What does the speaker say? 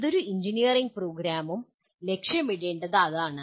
ഏതൊരു എഞ്ചിനീയറിംഗ് പ്രോഗ്രാമും ലക്ഷ്യമിടേണ്ടത് അതാണ്